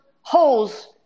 holes